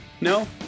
No